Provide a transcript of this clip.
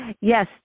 Yes